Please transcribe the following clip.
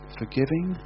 forgiving